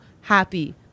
happy